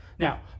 Now